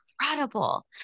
incredible